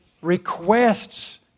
requests